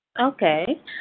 okay